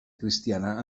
cristiana